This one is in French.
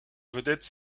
vedette